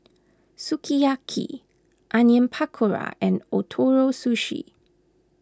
Sukiyaki Onion Pakora and Ootoro Sushi